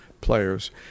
players